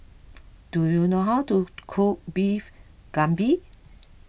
do you know how to cook Beef Galbi